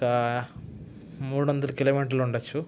త మూడు వందల కిలోమీటర్లు ఉండచ్చు